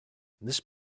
this